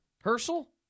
Herschel